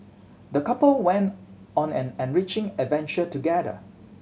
the couple went on an enriching adventure together